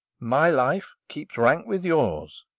my life keeps rank with yours.